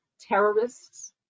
terrorists